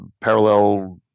parallel